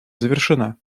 завершена